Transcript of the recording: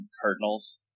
Cardinals